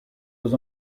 was